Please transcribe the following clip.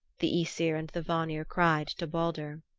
the aesir and the vanir cried to baldur.